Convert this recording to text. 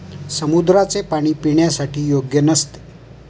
समुद्राचे पाणी पिण्यासाठी योग्य नसते